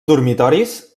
dormitoris